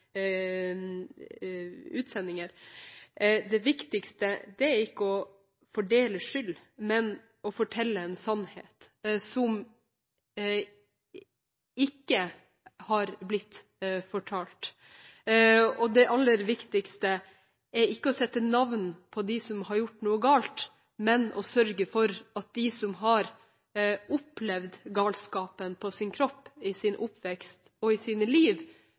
er ikke å fordele skyld, men å fortelle en sannhet som ikke har blitt fortalt. Det aller viktigste er ikke å sette navn på dem som har gjort noe galt, men å sørge for at de som har opplevd galskapen på sin kropp, i sin oppvekst og i sitt liv,